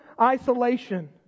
isolation